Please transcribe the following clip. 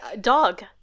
Dog